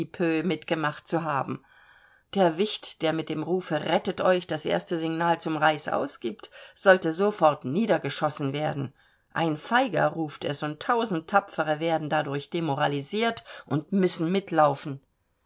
mitgemacht zu haben der wicht der mit dem rufe rettet euch das erste signal zum reißaus gibt sollte sofort niedergeschossen werden ein feiger ruft es und tausend tapfere werden dadurch demoralisiert und müssen mitlaufen